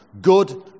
good